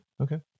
okay